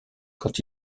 quand